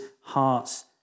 hearts